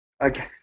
Okay